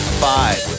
five